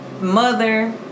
mother